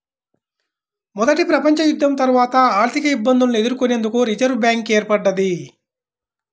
మొదటి ప్రపంచయుద్ధం తర్వాత ఆర్థికఇబ్బందులను ఎదుర్కొనేందుకు రిజర్వ్ బ్యాంక్ ఏర్పడ్డది